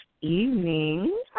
evening